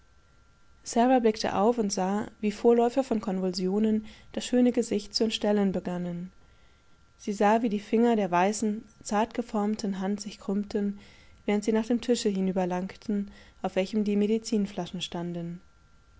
blickte auf und sah wie vorläufer von konvulsionen das schöne gesicht zu entstellen begannen sie sah wie die finger der weißen zartgeformten hand sich krümmten während sie nach dem tische hinüberlangten auf welchem die medizinflaschenstanden sie